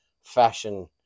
fashion